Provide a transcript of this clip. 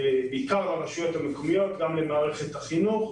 בעיקר לרשויות המקומיות ולמערכת החינוך,